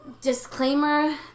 disclaimer